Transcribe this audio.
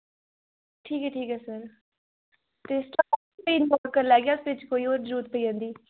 ठीक ऐ ठीक ऐ सर ते गल्ल करी लैगे ते जरूरत पेई जंदी